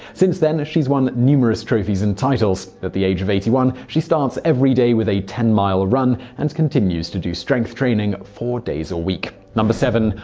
since then, she's won numerous trophies and titles. at the age of eighty one, she starts every day with a ten mile run and continues to do strength training four days a week. seven.